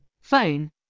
Phone